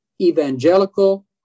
evangelical